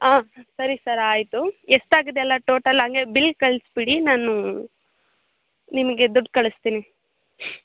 ಆ ಸರಿ ಸರ್ ಆಯಿತು ಎಷ್ಟಾಗಿದೆ ಎಲ್ಲ ಟೋಟಲ್ ಹಾಗೆ ಬಿಲ್ ಕಳಿಸ್ಬಿಡಿ ನಾನು ನಿಮಗೆ ದುಡ್ಡು ಕಳಿಸ್ತೀನಿ